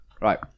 right